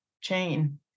chain